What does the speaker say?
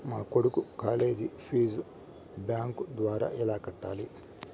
మా కొడుకు college fees bank ద్వారా ఎలా కట్టాలి?